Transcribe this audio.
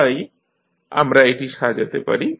তাই আমরা এটি সাজাতে পারি